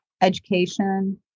education